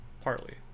partly